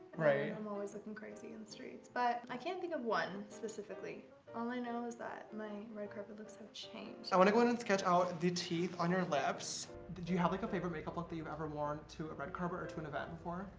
i'm always looking crazy in the streets, but i can't think of one specifically all i know is that my red carpet looks have changed james i want to go in and sketch out the teeth on your lips do you have like a favourite makeup look that you've ever worn to a red carpet or to an event before?